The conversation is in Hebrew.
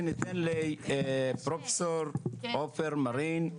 וניתן לפרופ' עופר מרין,